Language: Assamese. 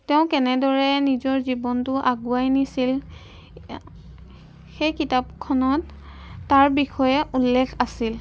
তেওঁ কেনেদৰে নিজৰ জীৱনটো আগুৱাই নিছিল সেই কিতাপখনত তাৰ বিষয়ে উল্লেখ আছিল